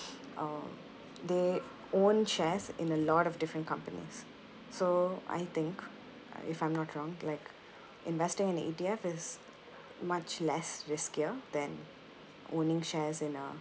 um they own shares in a lot of different companies so I think uh if I'm not wrong like investing in the E_T_F is much less riskier than owning shares in a